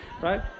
right